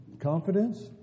confidence